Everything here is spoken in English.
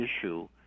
issue